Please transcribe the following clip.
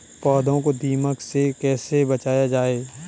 पौधों को दीमक से कैसे बचाया जाय?